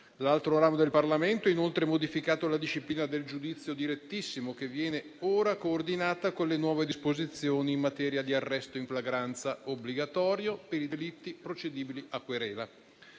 L'altro ramo del Parlamento ha inoltre modificato la disciplina del giudizio direttissimo, che viene ora coordinata con le nuove disposizioni in materia di arresto in flagranza, obbligatorio per i delitti procedibili a querela.